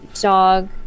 dog